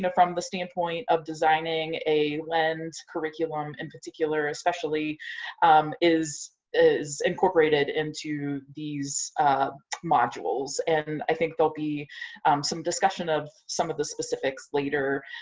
from the stand point of designing a lens curriculum and particular especially is is incorporated into these modules. and i think they will be some discussion of some of the specifics later.